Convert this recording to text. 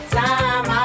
time